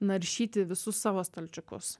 naršyti visus savo stalčiukus